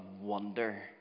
wonder